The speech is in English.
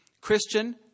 Christian